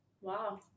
wow